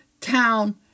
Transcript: town